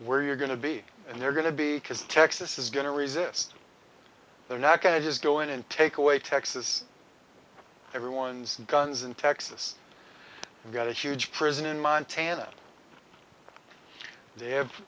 where you're going to be and they're going to be because texas is going to resist they're not going to just go in and take away texas everyone's guns in texas we've got a huge prison in montana they have